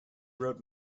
wrote